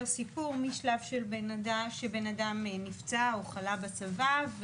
סיפור מהשלב שבן אדם נפצע או חלה בצבא,